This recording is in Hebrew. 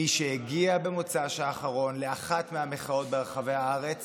מי שהגיע במוצ"ש האחרון לאחת מהמחאות ברחבי הארץ